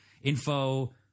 info